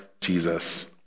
Jesus